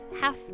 half